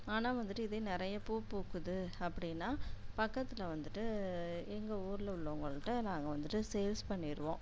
ஆனால் வந்துவிட்டு இதே நிறைய பூ பூக்குது அப்படின்னா பக்கத்தில் வந்துவிட்டு எங்கள் ஊரில் உள்ளவங்கள்கிட்ட நாங்கள் வந்துவிட்டு சேல்ஸ் பண்ணிருவோம்